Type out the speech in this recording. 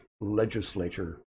legislature